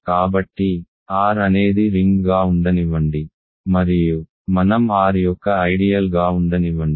కాబట్టి R అనేది రింగ్గా ఉండనివ్వండి మరియు మనం R యొక్క ఐడియల్ గా ఉండనివ్వండి